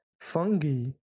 fungi